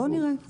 בוא נראה.